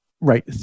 right